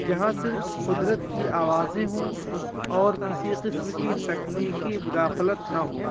جہاں صرف قدرت کی آوازیں ہوں اور کسی قسم کی تکنیکی مداخلت نہ ہو